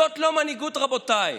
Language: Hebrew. זאת לא מנהיגות, רבותיי.